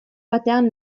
batean